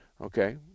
Okay